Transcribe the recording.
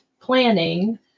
planning